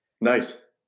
Nice